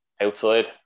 outside